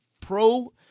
pro